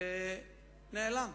חלק גדול מתקציב הפריפריה נעלם,